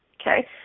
Okay